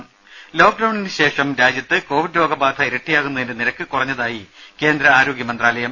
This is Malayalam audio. ത ലോക്ഡൌണിന് ശേഷം രാജ്യത്ത് കോവിഡ് രോഗ ബാധ ഇരട്ടിയാകുന്നതിന്റെ നിരക്ക് കുറഞ്ഞതായി കേന്ദ്ര ആരോഗ്യ മന്ത്രാലയം